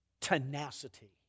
tenacity